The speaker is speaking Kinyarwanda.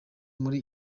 muri